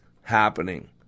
happening